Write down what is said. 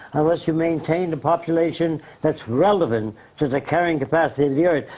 unless you maintain the population that's relevant to the carrying capacity of the earth.